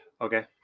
Okay